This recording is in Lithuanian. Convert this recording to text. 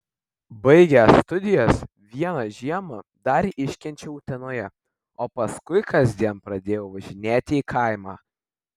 baigęs studijas vieną žiemą dar iškenčiau utenoje o paskui kasdien pradėjau važinėti į kaimą